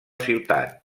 ciutat